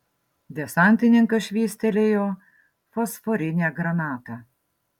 desantininkas švystelėjo fosforinę granatą